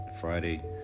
Friday